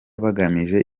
bagamije